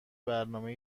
برنامه